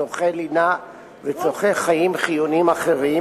צורכי לינה וצורכי חיים חיוניים אחרים